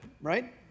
right